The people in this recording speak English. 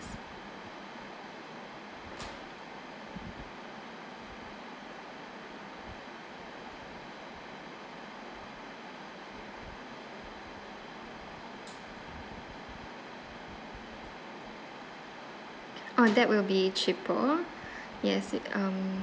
oh that will be cheaper yes it um